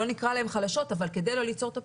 לא נקרא להן חלשות אבל כדי לא ליצור את הפערים,